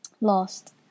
lost